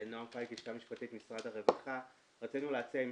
רצינו להציע,